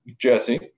Jesse